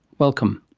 welcome.